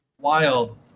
Wild